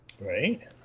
Right